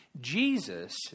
Jesus